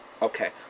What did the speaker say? Okay